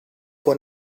può